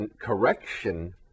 correction